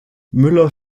müller